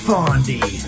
Fondy